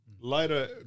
Later